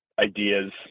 ideas